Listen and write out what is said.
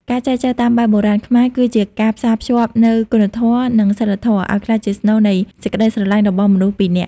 ការចែចូវតាមបែបបុរាណខ្មែរ គឺជាការផ្សារភ្ជាប់នូវ "គុណធម៌ និងសីលធម៌" ឱ្យក្លាយជាស្នូលនៃសេចក្ដីស្រឡាញ់របស់មនុស្សពីរនាក់។